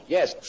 yes